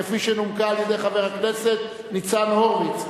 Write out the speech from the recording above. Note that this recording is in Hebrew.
כפי שנומקה על-ידי חבר הכנסת ניצן הורוביץ,